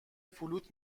فلوت